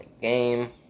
game